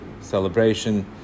celebration